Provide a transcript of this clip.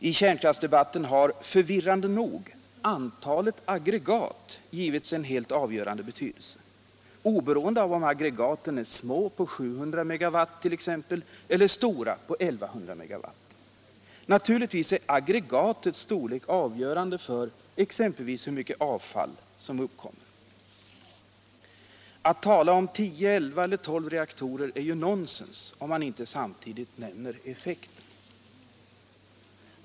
I kärnkraftsdebatten har — förvirrande nog — antalet aggregat tillmätts en helt avgörande betydelse, oberoende av om aggregaten är små på t.ex. 700 MW eller stora på 1100 MW. Naturligtvis är aggregatets storlek avgörande för bl.a. hur mycket avfall som uppkommer. Att tala om tio, elva eller tolv reaktorer är nonsens, om man inte samtidigt nämner effekten.